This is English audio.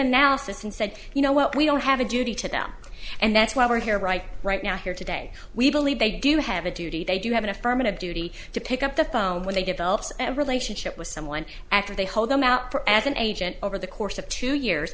analysis and said you know what we don't have a duty to them and that's why we're here right right now here today we believe they do have a duty they do have an affirmative duty to pick up the phone when they develops and relationship with someone after they hold them out for as an agent over the course of two years